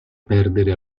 perdere